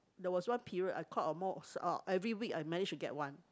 there was one period I caught almost uh every week I managed to get one